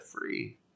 free